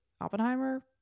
Oppenheimer